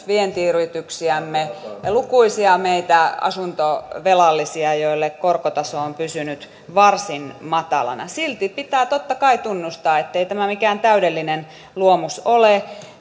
vientiyrityksiämme ja lukuisia meitä asuntovelallisia joille korkotaso on pysynyt varsin matalana silti pitää totta kai tunnustaa ettei tämä mikään täydellinen luomus ole